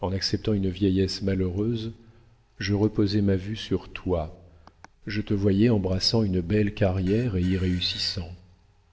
en acceptant une vieillesse malheureuse je reposais ma vue sur toi je te voyais embrassant une belle carrière et